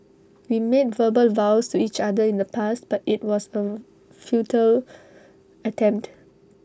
we made verbal vows to each other in the past but IT was A futile attempt